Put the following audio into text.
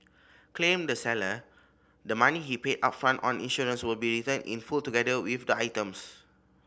claimed the seller the money he paid upfront on insurance will be returned in full together with the items